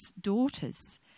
daughters